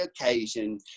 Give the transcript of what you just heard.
occasion